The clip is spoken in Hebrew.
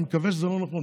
אני מקווה שזה לא נכון,